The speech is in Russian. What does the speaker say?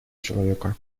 человека